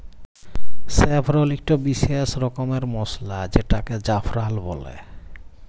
saffron ইকট বিসেস রকমের মসলা যেটাকে জাফরাল বল্যে